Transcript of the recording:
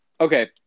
Okay